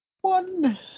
One